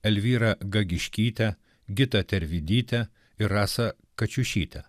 elvyrą gagiškytę gitą tervidytę ir rasą kačiušytę